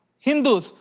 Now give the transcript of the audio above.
hindus,